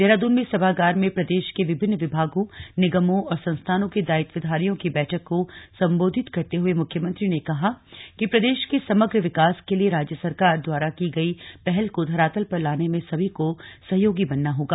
देहरादून में सभागार में प्रदेश के विभिन्न विभागों निगमों और संस्थानों के दायित्वधारियों की बैठक को सम्बोधित करते हुए मुख्यमंत्री ने कहा कि प्रदेश के समग्र विकास के लिये राज्य सरकार द्वारा की गई पहल को धरातल पर लाने में सभी को सहयोगी बनना होगा